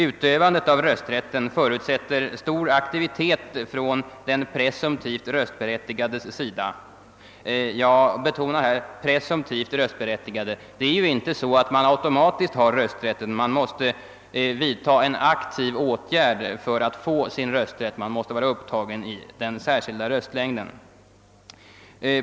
Utövandet av rösträtten förutsätter stor aktivitet från den presumtivt röstberättigades sida — jag betonar presumtivt röstberättigade, ty man får ju inte automatiskt rösträtt utan måste aktivt vidta en åtgärd för att få sin rösträtt; d. v. s. man måste se till att bli upptagen i den särskilda röstlängden.